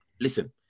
Listen